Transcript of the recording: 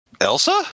Elsa